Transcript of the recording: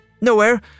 nowhere